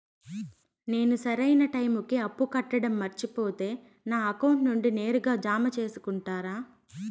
నేను సరైన టైముకి అప్పు కట్టడం మర్చిపోతే నా అకౌంట్ నుండి నేరుగా జామ సేసుకుంటారా?